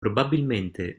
probabilmente